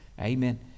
Amen